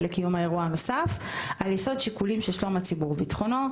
לקיום האירוע הנוסף על יסוד שיקולים של שלום הציבור או ביטחונו;